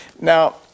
Now